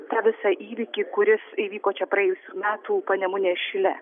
tą visą įvykį kuris įvyko čia praėjusių metų panemunės šile